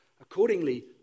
Accordingly